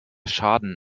schaden